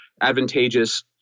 advantageous